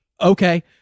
Okay